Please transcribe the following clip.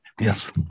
Yes